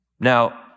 Now